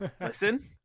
listen